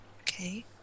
Okay